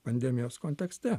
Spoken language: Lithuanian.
pandemijos kontekste